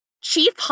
chief